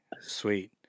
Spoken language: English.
sweet